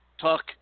talk